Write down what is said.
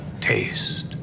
Taste